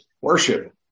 worship